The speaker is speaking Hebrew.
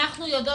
אנחנו יודעות,